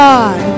God